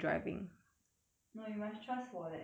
no you must trust 我 that 我很 safe 真的